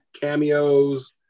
cameos